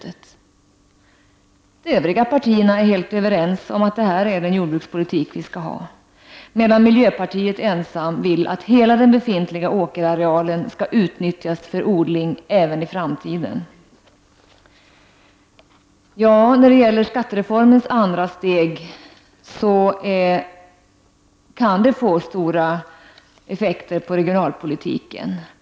De övriga partierna är helt överens om att detta är den jordbrukspolitik vi skall ha, medan miljöpartiet ensamt vill att hela den befintliga åkerarealen skall utnyttjas för odling även i framtiden. Vilka effekter kommer skattereformens andra steg att få för regionalpolitiken?